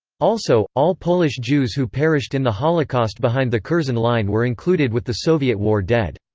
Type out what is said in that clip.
also, all polish jews who perished in the holocaust behind the curzon line were included with the soviet war dead.